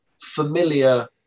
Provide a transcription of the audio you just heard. familiar